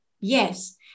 Yes